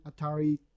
Atari